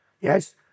yes